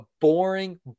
boring